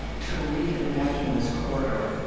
to reimagine this corridor.